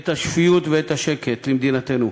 את השפיות ואת השקט למדינתנו.